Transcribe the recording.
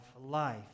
life